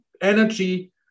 energy